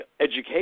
education